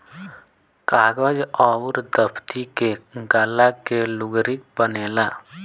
कागज अउर दफ़्ती के गाला के लुगरी बनेला